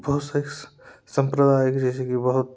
बहुत सारे संप्रदाय है जैसेकि वह